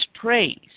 praise